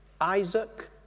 Isaac